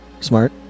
Smart